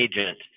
agent